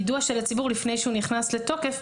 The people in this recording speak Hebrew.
יידוע של הציבור לפני שהוא נכנס לתוקף.